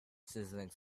sizzling